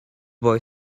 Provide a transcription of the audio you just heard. boy